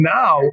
now